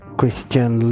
christian